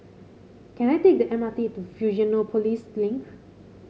can I take the M R T to Fusionopolis Link